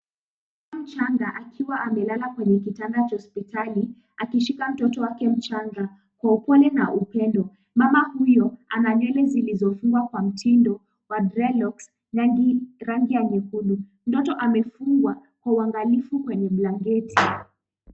Mtoto mchanga akiwa amelala kwenye kitanda cha hospitali akishika mtoto wake mchanga kwa upole na upendo. Mama huyo ana nywele zilizofungwa kwa mtindo wa dreadlocks na ni rangi ya nyekundu. Mtoto amefungwa kwa uangalifu kwenye blanketi.